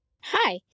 Hi